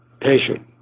patient